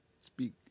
speak